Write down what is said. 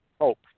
hope